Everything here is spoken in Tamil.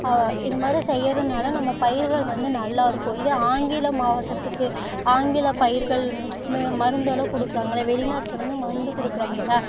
இது மாதிரி செய்யறனால நம்ம பயிர்கள் வந்து நல்லா இருக்கும் இதே ஆங்கில மாவட்டத்துக்கு ஆங்கிலப் பயிர்கள் மி மருந்தல்லாம் கொடுக்கறாங்கள வெளிநாட்டிலருந்து மருந்து கொடுக்கறாங்கள்ல